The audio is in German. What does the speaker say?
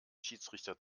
schiedsrichter